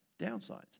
downsides